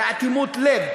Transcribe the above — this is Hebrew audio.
באטימות לב.